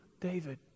David